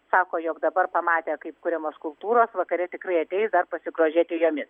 sako jog dabar pamatė kaip kuriamos skulptūros vakare tikrai ateis dar pasigrožėti jomis